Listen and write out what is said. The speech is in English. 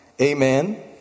Amen